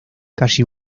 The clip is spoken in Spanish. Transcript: calle